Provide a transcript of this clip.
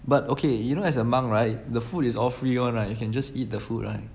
but okay you know as a monk right the food is all free [one] right you can just eat the food right yeah